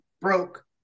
broke